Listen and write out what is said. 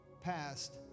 passed